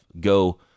go